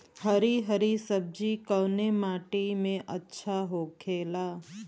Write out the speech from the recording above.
हरी हरी सब्जी कवने माटी में अच्छा होखेला?